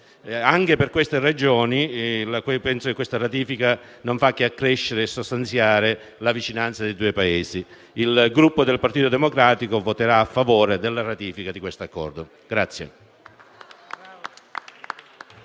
Anche per queste ragioni, penso che questa ratifica non faccia che accrescere e sostanziare la vicinanza tra i due Paesi. Il Gruppo Partito Democratico voterà pertanto a favore della ratifica di questo Accordo.